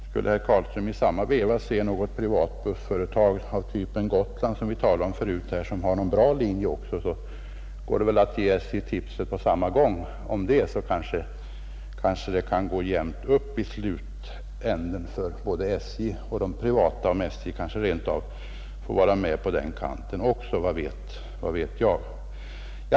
Skulle herr Carlström i samma veva se något privat bussföretag av typen Gotland — som vi talade om förut — som har någon bra linje också, så går det väl att ge SJ tips om det på samma gång. Kanske det kan gå jämnt upp till slut för både SJ och de privata, om SJ rent av får vara med på den kanten också — vad vet jag?